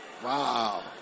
Wow